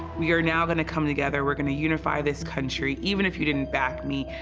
we are now going to come together, we're going to unify this country, even if you didn't back me,